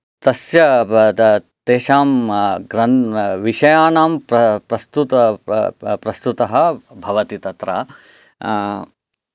तस्य तेषां ग्रन् विषयानां प्रस्तु प्रतुतः भवति तत्र